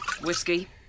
Whiskey